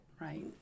Right